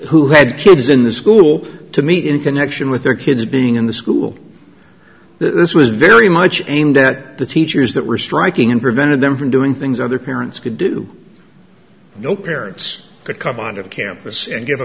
who had kids in the school to meet in connection with their kids being in the school this was very much aimed at the teachers that were striking and prevented them from doing things other parents could do no parents could come on to the campus and give a